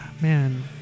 Man